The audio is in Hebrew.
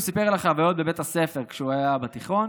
הוא סיפר על החוויות בבית הספר כשהוא היה בתיכון